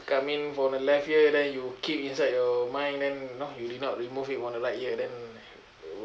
come in from the left ear then you keep inside your mind then you know you did not remove it on the right ear then